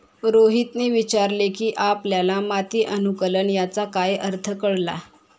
रोहितने विचारले की आपल्याला माती अनुकुलन याचा काय अर्थ कळला?